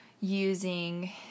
using